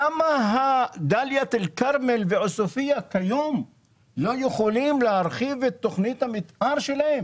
למה דלית אל כרמל עוספיה כיום לא יכולים להרחיב את תכנית המתאר שלהם